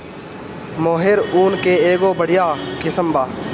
मोहेर ऊन के एगो बढ़िया किस्म बा